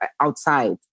outside